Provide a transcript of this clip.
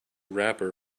wrapper